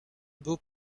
był